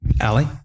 Allie